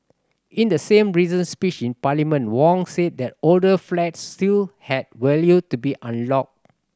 in the same recent speech in Parliament Wong said that older flats still had value to be unlocked